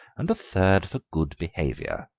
and a third for good behaviour.